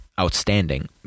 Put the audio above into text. outstanding